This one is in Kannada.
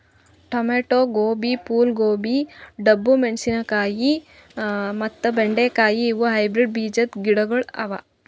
ಟೊಮೇಟೊ, ಗೋಬಿ, ಫೂಲ್ ಗೋಬಿ, ಡಬ್ಬು ಮೆಣಶಿನಕಾಯಿ ಮತ್ತ ಬೆಂಡೆ ಕಾಯಿ ಇವು ಹೈಬ್ರಿಡ್ ಬೀಜದ್ ಗಿಡಗೊಳ್ ಅವಾ